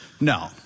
No